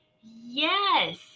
yes